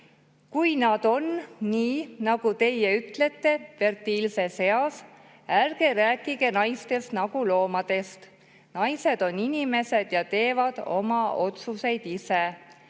kui nad on, nii nagu teie ütlete, fertiilses eas. Ärge rääkige naistest nagu loomadest. Naised on inimesed ja teevad oma otsuseid ise.